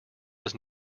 was